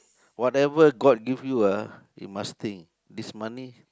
whatever god give you ah you must think this money